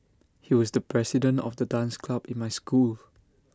he was the president of the dance club in my school